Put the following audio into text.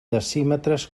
decímetres